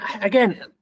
again